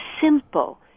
simple